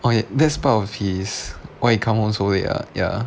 okay that's part of his come home to late ah ya